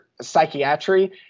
psychiatry